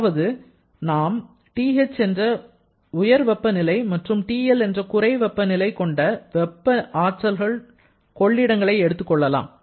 அதாவது நாம் TH என்ற உயர் வெப்ப நிலை மற்றும் TL என்ற குறை வெப்பநிலை கொண்ட வெப்ப ஆற்றல் கொள்ளிடங்களை எடுத்துக்கொள்ளலாம்